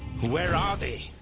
where are they!